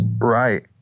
right